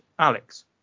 Alex